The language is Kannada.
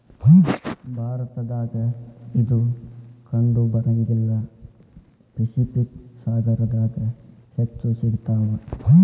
ಭಾರತದಾಗ ಇದು ಕಂಡಬರಂಗಿಲ್ಲಾ ಪೆಸಿಫಿಕ್ ಸಾಗರದಾಗ ಹೆಚ್ಚ ಸಿಗತಾವ